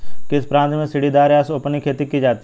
किस प्रांत में सीढ़ीदार या सोपानी खेती की जाती है?